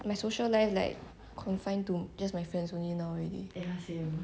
my social life like confined to just my friends only now already